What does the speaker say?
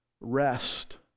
rest